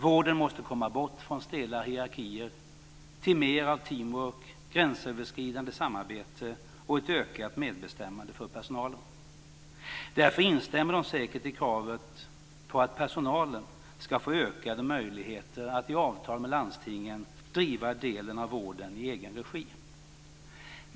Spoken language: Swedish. Vården måste komma bort från stela hierarkier till mer av teamwork, gränsöverskridande samarbete och ett ökat medbestämmande för personalen. Därför instämmer de säkert i kravet på att personalen ska få ökade möjligheter att i avtal med landstingen driva delar av vården i egen regi.